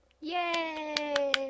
Yay